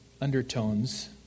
Undertones